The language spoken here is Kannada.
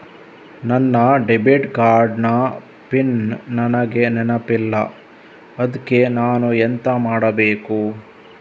ನನ್ನ ಡೆಬಿಟ್ ಕಾರ್ಡ್ ನ ಪಿನ್ ನನಗೆ ನೆನಪಿಲ್ಲ ಅದ್ಕೆ ನಾನು ಎಂತ ಮಾಡಬೇಕು?